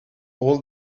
all